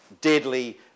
deadly